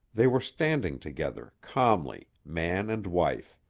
they were standing together, calmly, man and wife.